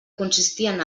consistien